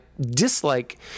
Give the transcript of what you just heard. dislike